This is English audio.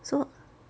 so